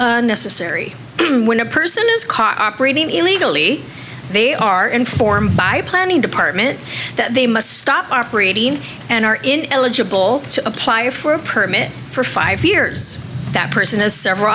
necessary when a person is caught operating illegally they are informed by planning department that they must stop operating and are in eligible to apply for a permit for five years that person has several